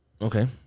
Okay